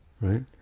Right